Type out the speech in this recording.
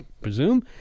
presume